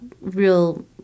real